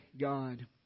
God